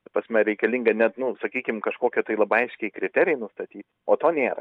ta prasme reikalinga net nu sakykim kažkokie tai labai aiškiai kriterijai nustaty o to nėra